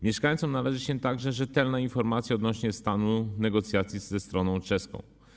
Mieszkańcom należy się także rzetelna informacja odnośnie do stanu negocjacji ze stroną czeską.